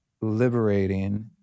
liberating